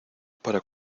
para